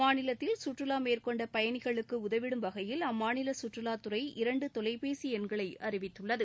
மாநிலத்தில் சுற்றுலா மேற்கொண்ட பயணிகளுக்கு உதவிடும் வகையில் அம்மாநில சுற்றுலாத்துறை இரண்டு தொலைபேசி எண்களை அறிவித்துள்ளது